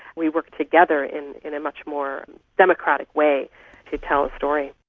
we work together in in a much more democratic way to tell a story.